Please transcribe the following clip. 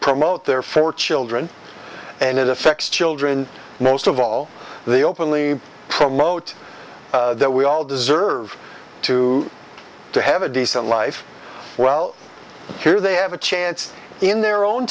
their four children and it affects children most of all they openly promote that we all deserve to to have a decent life well here they have a chance in their own